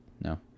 No